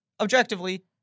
objectively